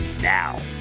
now